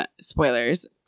Spoilers